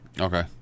Okay